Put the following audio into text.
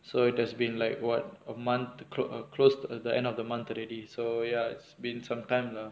so that's been like what a month to clo~ a close to the end of the month already so ya it's been sometime lah